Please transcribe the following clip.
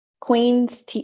Queens